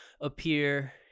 appear